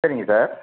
சரிங்க சார்